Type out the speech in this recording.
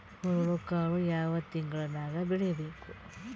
ಹುರುಳಿಕಾಳು ಯಾವ ತಿಂಗಳು ನ್ಯಾಗ್ ಬೆಳಿಬೇಕು?